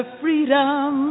freedom